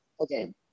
Okay